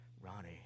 Ronnie